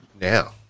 now